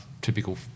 typical